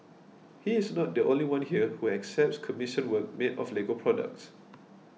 he is not the only one here who accepts commissioned work made of Lego products